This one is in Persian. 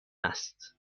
است